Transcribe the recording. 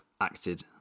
acted